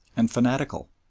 and fanatical.